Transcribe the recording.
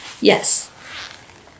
Yes